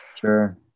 Sure